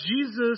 Jesus